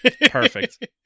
Perfect